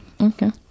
okay